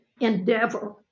Endeavor